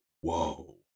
whoa